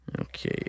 Okay